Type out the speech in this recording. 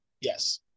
Yes